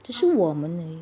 只是我们而已